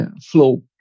flow